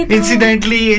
Incidentally